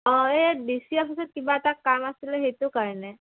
অঁ এই ডিচি আফিছত কিবা এটা কাম আছিলে সেইটো কাৰণে